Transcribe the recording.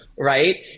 right